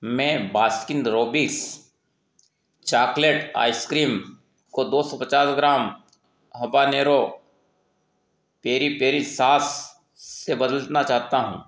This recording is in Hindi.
मैं Baskin Robbins chocolate ice cream को दो सौ पचास gram habanero peri peri sauce से बदलना चाहता हूँ